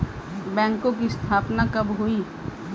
बैंकों की स्थापना कब हुई?